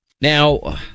Now